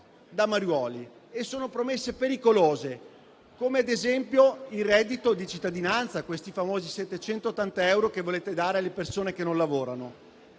da mariuoli, promesse pericolose come - ad esempio - il reddito di cittadinanza, i famosi 780 euro che volete dare alle persone che non lavorano.